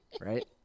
Right